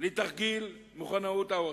לתרגיל מוכנות העורף.